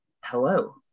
hello